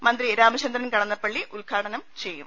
മന്ത്രി രാമചന്ദ്രൻ കടന്നപ്പള്ളി ഉദ്ഘാടനം ചെയ്യും